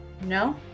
No